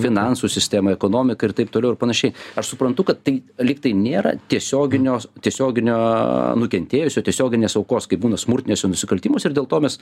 finansų sistemai ekonomikai ir taip toliau ir panašiai aš suprantu kad tai lygtai nėra tiesioginios tiesioginio nukentėjusio tiesioginės aukos kaip būna smurtiniuose nusikaltimuose ir dėl to mes